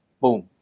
boom